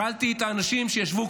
שאלתי את האנשים שישבו,